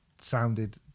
sounded